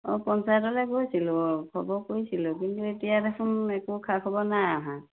অঁ পঞ্চায়তলে গৈছিলোঁ খা খবৰ কৰিছিলোঁ কিন্তু এতিয়া দেখোন একো খা খাবৰ নাই অহা